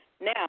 Now